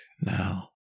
now